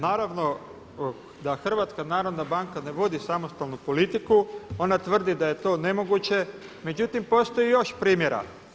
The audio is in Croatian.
Naravno da HNB ne vodi samostalnu politiku, ona tvrdi da je to nemoguće, međutim postoji još primjera.